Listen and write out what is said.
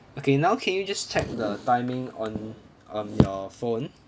okay now can you just check the timing on on your phone